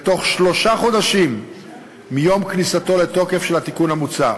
בתוך שלושה חודשים מיום כניסתו לתוקף של התיקון המוצע.